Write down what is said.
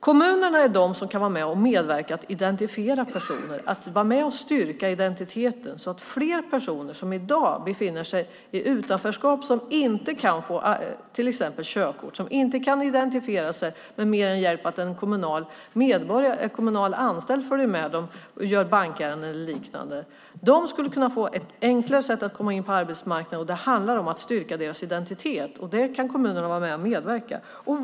Kommunerna är de som kan vara med och medverka till att identifiera personer, vara med och styrka identitet så att fler personer som i dag befinner sig i utanförskap och inte kan få till exempel körkort, som inte kan identifiera sig med mer än med hjälp av kommunal anställd följer med och gör bankärenden och liknande skulle kunna få ett enklare sätt att komma in på arbetsmarknaden. Det handlar om att styrka deras identitet. Det kan kommunerna vara med och medverka till.